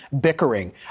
bickering